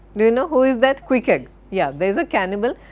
do you know who is that? queequeg, yeah there is a cannibal.